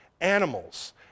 animals